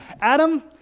Adam